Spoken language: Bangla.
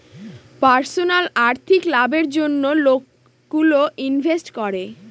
পার্সোনাল আর্থিক লাভের জন্য লোকগুলো ইনভেস্ট করে